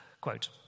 Quote